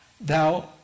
Thou